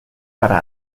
para